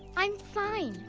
i'm fine.